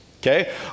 okay